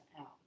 out